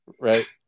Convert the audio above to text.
Right